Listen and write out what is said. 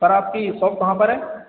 sir आपकी shop कहाँ पर है